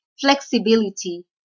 Flexibility